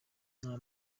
nta